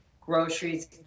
groceries